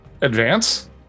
advance